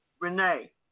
Renee